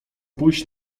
pójść